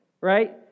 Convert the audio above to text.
right